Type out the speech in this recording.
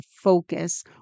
focus